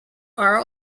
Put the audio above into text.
are